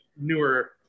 newer